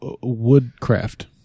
woodcraft